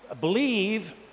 believe